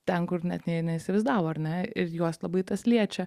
ten kur net nė neįsivaizdavo ar ne ir juos labai tas liečia